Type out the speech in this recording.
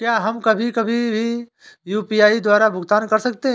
क्या हम कभी कभी भी यू.पी.आई द्वारा भुगतान कर सकते हैं?